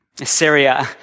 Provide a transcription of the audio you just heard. Assyria